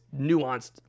nuanced